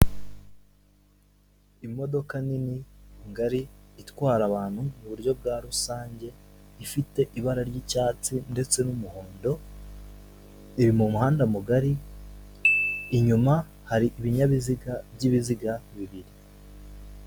Imodoka nini ngari itwara abantu mu buryo bwa rusange ifite ibara ry'icyatsi ndetse n'umuhondo, iri mu muhanda mugari inyuma hari ibinyabiziga by'ibiziga bibiri.